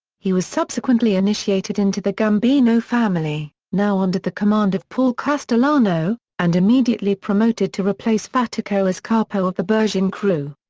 he was subsequently initiated into the gambino family, now under the command of paul castellano, and immediately promoted to replace fatico as capo of the bergin crew.